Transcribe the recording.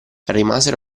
rimasero